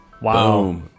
Wow